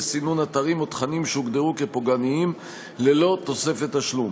לסינון אתרים או תכנים שהוגדרו כפוגעניים ללא תוספת תשלום.